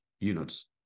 units